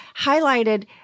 highlighted